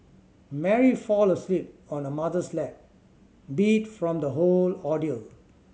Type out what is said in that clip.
Mary fall asleep on her mother's lap beat from the whole ordeal